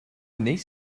niece